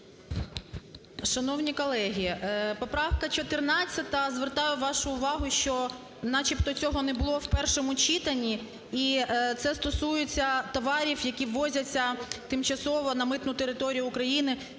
Шановні колеги, поправка 14, звертаю вашу увагу, що начебто цього не було в першому читанні. І це стосується товарів, які ввозяться тимчасово на митну територію України